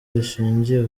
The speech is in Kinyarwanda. rishingiye